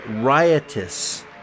riotous